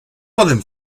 poden